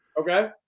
Okay